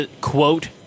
quote